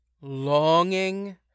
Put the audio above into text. longing